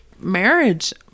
marriage